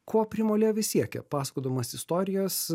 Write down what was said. kuo primo levi siekia pasakodamas istorijas